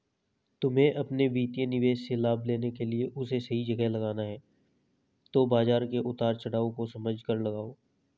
तुम्हे अपने वित्तीय निवेश से लाभ लेने के लिए उसे सही जगह लगाना है तो बाज़ार के उतार चड़ाव को समझकर लगाओ